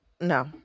No